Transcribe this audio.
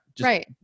Right